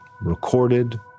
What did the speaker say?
recorded